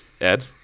Ed